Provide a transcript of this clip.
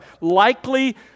likely